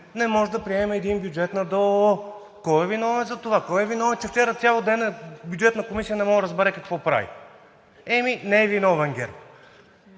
не можем да приемем един бюджет на ДОО. Кой е виновен за това? Кой е виновен, че вчера цял ден Бюджетната комисия не може да разбере какво прави? Еми, не е виновен ГЕРБ!